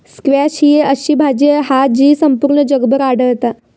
squash ही अशी भाजी हा जी संपूर्ण जगभर आढळता